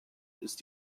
ist